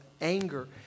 anger